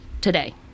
Today